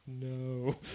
no